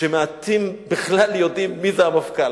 שמעטים בכלל יודעים מי זה המפכ"ל.